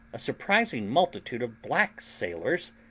a surprising multitude of black sailors,